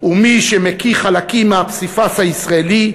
ומי שמקיא חלקים מהפסיפס הישראלי,